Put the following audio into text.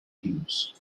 kilos